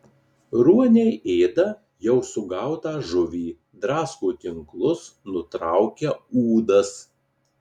ruoniai ėda jau sugautą žuvį drasko tinklus nutraukia ūdas